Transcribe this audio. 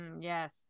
Yes